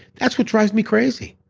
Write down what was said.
that's what drives me crazy.